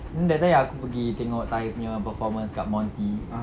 then that time yang aku pergi tengok thai punya performance kat monti